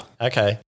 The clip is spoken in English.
Okay